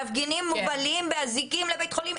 מפגינים מובלים באזיקים לבית חולים.